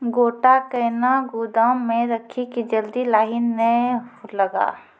गोटा कैनो गोदाम मे रखी की जल्दी लाही नए लगा?